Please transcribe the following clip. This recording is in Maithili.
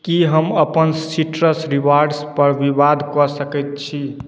की हम अपन सीट्रस रिवार्ड्स पर विवाद कऽ सकैत छी